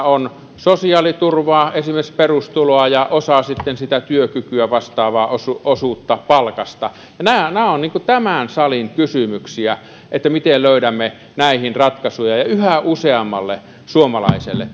on sosiaaliturvaa esimerkiksi perustuloa ja osa sitten työkykyä vastaavaa osuutta osuutta palkasta nämä nämä ovat niitä tämän salin kysymyksiä että miten löydämme näihin ratkaisuja ja yhä useammalle suomalaiselle